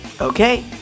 Okay